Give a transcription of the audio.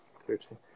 thirteen